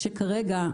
כשכרגע,